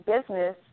business